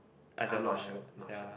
I don't know how it works ya